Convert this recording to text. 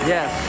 Yes